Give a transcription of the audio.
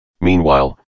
meanwhile